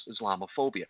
Islamophobia